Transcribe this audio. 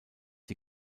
die